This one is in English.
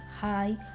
hi